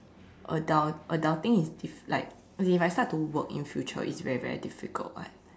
adul~ adulting is diff~ like okay if I to start work in future it's very very difficult [what]